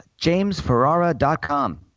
Jamesferrara.com